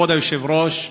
כבוד היושב-ראש,